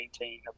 maintain